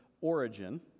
origin